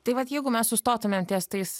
tai vat jeigu mes sustotumėm ties tais